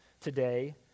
today